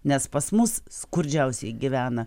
nes pas mus skurdžiausiai gyvena